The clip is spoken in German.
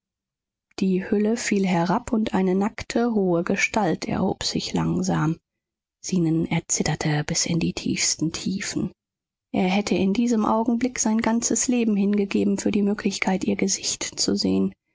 die hülle fiel herab und eine nackte hohe gestalt erhob sich langsam zenon erzitterte bis in die tiefsten tiefen er hätte in diesem augenblick sein ganzes leben hingegeben für die möglichkeit ihr gesicht zu sehen